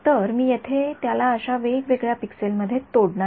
तर मी येथे त्याला अशा वेगवेगळ्या पिक्सेल मध्ये तोडणार आहे